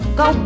go